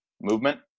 movement